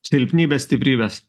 silpnybės stiprybės